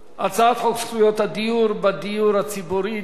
הצעת חוק זכויות הדייר בדיור הציבורי (תיקון,